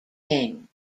king